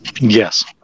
Yes